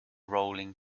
rolling